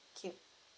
okay